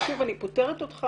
ושוב, אני פוטרת אותך